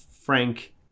Frank